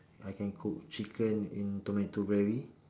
I can cook chicken in tomato gravy